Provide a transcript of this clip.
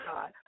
God